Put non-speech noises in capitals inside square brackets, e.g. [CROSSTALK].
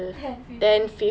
ten fifteen [LAUGHS]